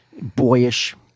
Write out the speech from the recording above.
boyish